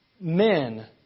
men